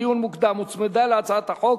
לדיון מוקדם, הוצמדה להצעת החוק.